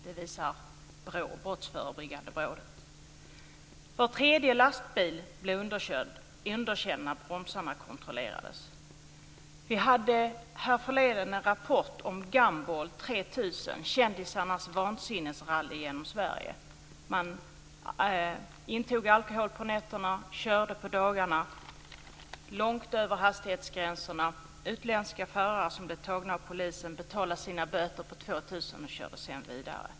Det visar BRÅ, Brottsförebyggande rådet. Vi fick härförleden en rapport om Gumball 3000, kändisarnas vansinnesrally genom Sverige. Man intog alkohol på nätterna och körde på dagarna, långt över hastighetsgränserna. Utländska förare som blev tagna av polisen betalade sina böter på 2 000 kr och körde sedan vidare.